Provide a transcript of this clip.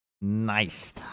Nice